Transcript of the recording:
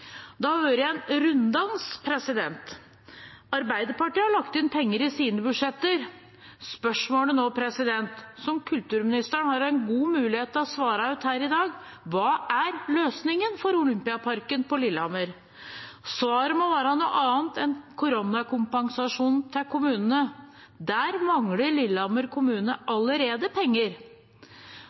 Det har vært en runddans. Arbeiderpartiet har lagt inn penger i sine budsjetter. Spørsmålet som kulturministeren har en god mulighet til å svare ut her i dag, er: Hva er løsningen for Olympiaparken på Lillehammer? Svaret må være noe annet enn koronakompensasjonen til kommunene. Der mangler Lillehammer kommune allerede penger.